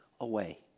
away